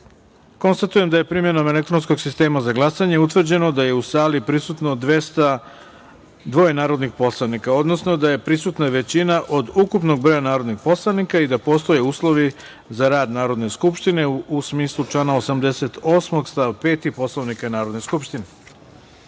da je primenom elektronskog sistema za glasanje utvrđeno da je u sali prisutno 202 narodna poslanika, odnosno da je prisutna većina od ukupnog broja narodnih poslanika i da postoje uslovi za rad Narodne skupštine, u smislu člana 88. stav 5. Poslovnika Narodne skupštine. Saglasno